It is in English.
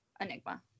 Enigma